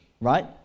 right